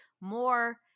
more